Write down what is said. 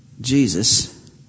Jesus